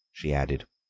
she added.